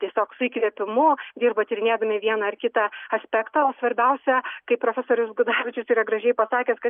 tiesiog su įkvėpimu dirba tyrinėdami vieną ar kitą aspektą o svarbiausia kaip profesorius gudavičius yra gražiai pasakęs kad